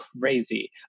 crazy